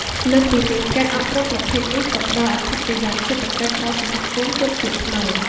លើសពីនេះ ការអប់រំប្រភេទនេះក៏ផ្តល់អត្ថប្រយោជន៍សេដ្ឋកិច្ចដល់សហគមន៍ជនជាតិព្នង។